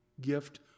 gift